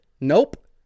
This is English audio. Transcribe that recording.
Nope